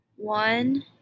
One